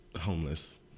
homeless